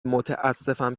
متاسفم